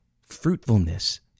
Fruitfulness